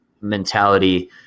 mentality